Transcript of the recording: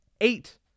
eight